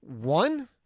one